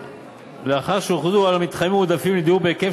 לאחר שהוכרז על המתחמים המועדפים לדיור בהיקף